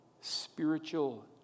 spiritual